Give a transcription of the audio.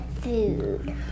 food